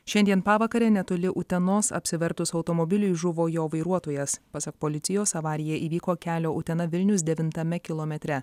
šiandien pavakare netoli utenos apsivertus automobiliui žuvo jo vairuotojas pasak policijos avarija įvyko kelio utena vilnius devintame kilometre